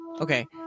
Okay